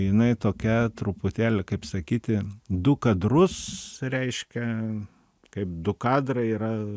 jinai tokia truputėlį kaip sakyti du kadrus reiškia kaip du kadrai yra